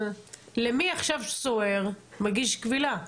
למי עכשיו סוהר מגיש קבילה?